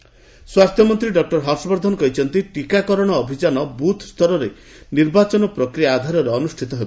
Vardhan vaccine ସ୍ୱାସ୍ଥ୍ୟମନ୍ତ୍ରୀ doctor Harshvardhan କହିଛନ୍ତି ଟୀକାକରଣ ଅଭିଯାନ ବୁଥ୍ ସ୍ତରରେ ନିର୍ବାଚନ ପ୍ରକ୍ରିୟା ଆଧାରରେ ଅନୁଷ୍ଠିତ ହେବ